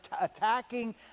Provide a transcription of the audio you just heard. attacking